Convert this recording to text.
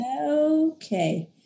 Okay